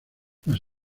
las